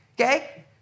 okay